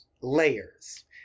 layers